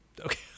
Okay